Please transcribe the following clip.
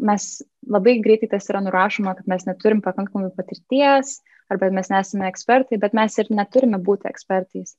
mes labai greitai tas yra nurašoma kad mes neturim pakankamai patirties arba mes nesame ekspertai bet mes ir neturime būti ekspertais